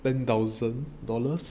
ten thousand dollars